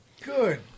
Good